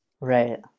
Right